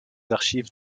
archives